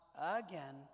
again